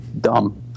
dumb